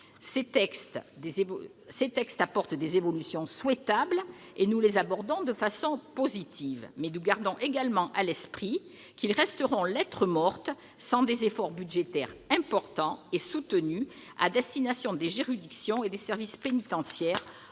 Ces textes apportent des évolutions souhaitables, et nous les abordons de façon positive. Mais nous gardons également à l'esprit qu'ils resteront lettre morte s'ils ne s'accompagnent pas d'efforts budgétaires importants et soutenus à destination des juridictions et des services pénitentiaires,